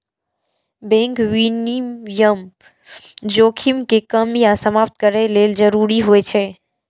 bank विनियमन जोखिम कें कम या समाप्त करै लेल जरूरी होइ छै